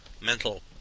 mental